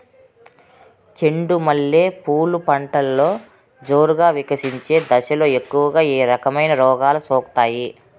చెండు మల్లె పూలు పంటలో జోరుగా వికసించే దశలో ఎక్కువగా ఏ రకమైన రోగాలు సోకుతాయి?